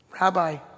Rabbi